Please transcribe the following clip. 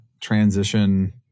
transition